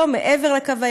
לא מעבר לקו הירוק,